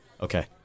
Okay